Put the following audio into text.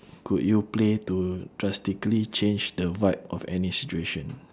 could you play to drastically change the vibe of any situation